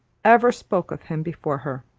ever spoke of him before her.